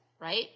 right